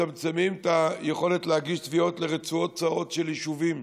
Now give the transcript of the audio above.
מצמצמים את היכולת להגיש תביעות לרצועות צרות של יישובים,